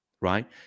right